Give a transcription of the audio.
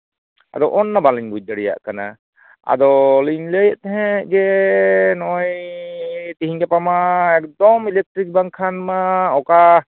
ᱟᱫᱚ ᱚᱱᱼᱱᱟ ᱵᱟᱞᱤᱧ ᱵᱩᱡᱽ ᱫᱟᱲᱮᱭᱟᱜ ᱠᱟᱱᱟ ᱟᱫᱚ ᱞᱤᱧ ᱞᱟᱹᱭᱮᱫ ᱛᱟᱦᱮᱸᱫ ᱡᱮ ᱱᱚᱜᱼᱚᱭ ᱛᱤᱦᱤᱧ ᱜᱟᱯᱟ ᱢᱟ ᱮᱠᱫᱚᱢ ᱤᱞᱮᱠᱴᱨᱤᱠ ᱵᱟᱝᱠᱷᱟᱱ ᱢᱟ ᱚᱠᱟ